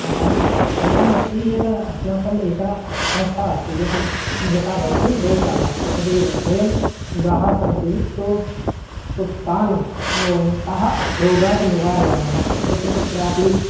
आम् एवमस्ति यत् अस्माकं एका संस्था अस्ति यत् यथा भवति न गोशाला एतदेव वयं गाः सन्ति तु तान् ताः रोगात् निवारयामः यत्र कुत्रापि